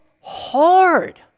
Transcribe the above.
hard